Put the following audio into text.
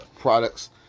products